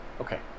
Okay